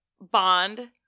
bond